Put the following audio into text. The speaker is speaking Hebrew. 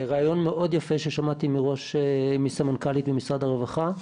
רעיון מאוד יפה ששמעתי מסמנכ"לית ממשרד הרווחה.